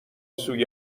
سوی